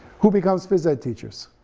who becomes phys ed teachers?